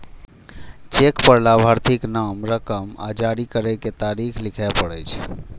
cheque पर लाभार्थीक नाम, रकम आ जारी करै के तारीख लिखय पड़ै छै